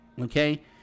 Okay